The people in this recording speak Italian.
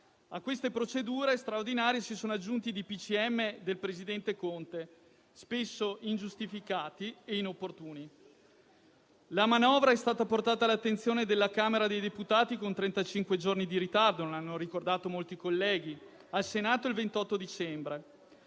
A queste procedure straordinarie si sono aggiunti i DPCM del presidente Conte, spesso ingiustificati e inopportuni. La manovra è stata portata all'attenzione della Camera dei deputati con trentacinque giorni di ritardo - come hanno ricordato molti colleghi - e al Senato il 28 dicembre.